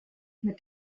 mit